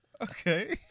Okay